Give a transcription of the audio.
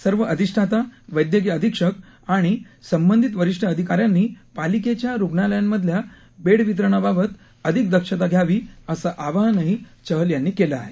सर्व अधिष्ठाता वैद्यकीय अधीक्षक आणि संबंधित वरिष्ठ अधिकाऱ्यांनी पालिकेच्या रुग्णालयांमधल्या बेड वितरणाबाबत अधिक दक्षता घ्यावी असं आवाहनही चहल यांनी केलं आहे